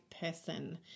person